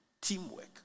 teamwork